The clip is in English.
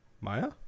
Maya